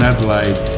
Adelaide